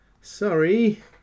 sorry